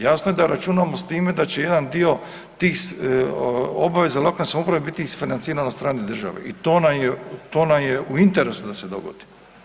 Jasno je da računamo s time da će jedan dio tih obaveza lokalne samouprave biti isfinanciran od strane države i to nam je u interesu da se dogodi.